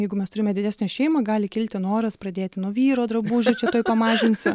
jeigu mes turime didesnę šeimą gali kilti noras pradėti nuo vyro drabužių čia tuoj pamažinsiu